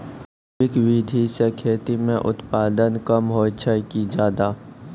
जैविक विधि से खेती म उत्पादन कम होय छै कि ज्यादा?